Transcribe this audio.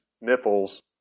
nipples